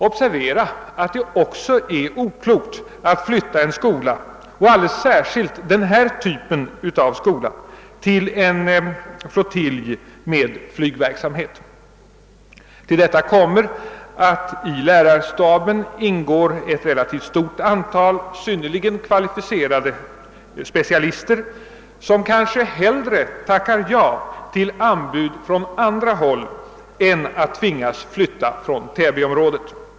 Observera att det också är oklokt att flytta en skola, och alldeles särskilt en skola av denna typ, till en flottilj med flygverksamhet. Härtill kommer att det i lärarstaben ingår ett relativt stort antal synnerligen kvalificerade specialister, som kanske hellre tackar ja till anbud från andra håll än att tvingas flytta från täbyområdet.